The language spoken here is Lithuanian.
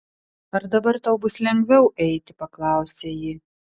ar dabar tau bus lengviau eiti paklausė ji